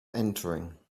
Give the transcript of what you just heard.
entering